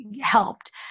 helped